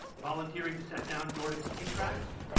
volunteering to set down nordic ski tracks,